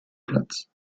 platz